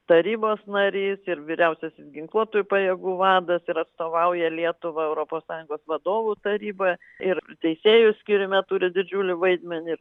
tarybos narys ir vyriausiasis ginkluotųjų pajėgų vadas ir atstovauja lietuvą europos sąjungos vadovų taryboje ir teisėjų skyrime turi didžiulį vaidmenį